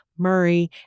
Murray